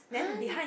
!huh!